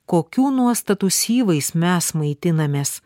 kokių nuostatų syvais mes maitinamės